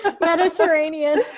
Mediterranean